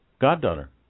goddaughter